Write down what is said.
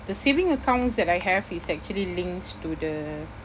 the saving accounts that I have is actually links to the